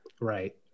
Right